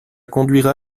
conduira